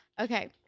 Okay